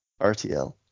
RTL